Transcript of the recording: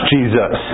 Jesus